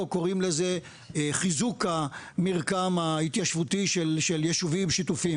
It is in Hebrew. או קוראים לזה חיזוק המרקם ההתיישבותי של יישובים שיתופיים,